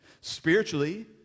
Spiritually